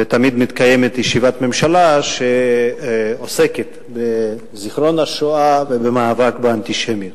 ותמיד מתקיימת ישיבת ממשלה שעוסקת בזיכרון השואה ובמאבק באנטישמיות.